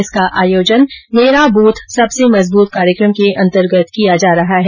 इसका आयोजन मेरा बूथ सबसे मजबूत कार्यक्रम के अंतर्गत किया जा रहा है